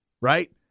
right